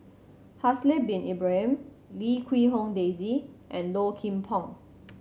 Haslir Bin Ibrahim Lim Quee Hong Daisy and Low Kim Pong